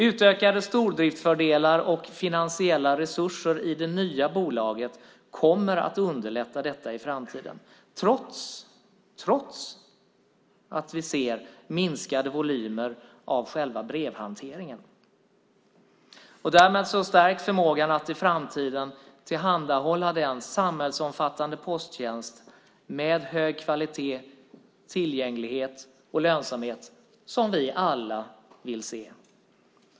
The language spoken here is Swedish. Utökade stordriftsfördelar och finansiella resurser i det nya bolaget kommer att underlätta detta i framtiden, trots minskade volymer i själva brevhanteringen. Därmed stärks förmågan att i framtiden tillhandahålla den samhällsomfattande posttjänst med hög kvalitet, tillgänglighet och lönsamhet som vi alla vill ha.